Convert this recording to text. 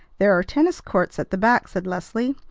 there are tennis-courts at the back, said leslie,